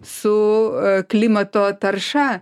su klimato tarša